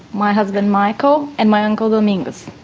my husband michael and my uncle, domingos.